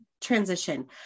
transition